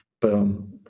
Boom